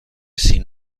sin